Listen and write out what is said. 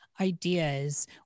ideas